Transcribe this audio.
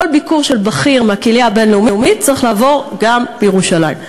כל ביקור של בכיר מהקהילייה הבין-לאומית צריך לעבור גם בירושלים.